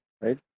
right